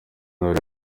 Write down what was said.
urebe